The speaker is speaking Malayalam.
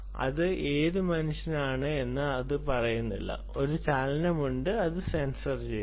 അത് ഏതു മനുഷ്യൻ ആണ് എന്ന് അത് പറയുന്നില്ല ഒരു ചലനമുണ്ടെന്ന് അത് സെൻസർ ചെയ്യുന്നു